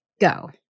go